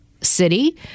city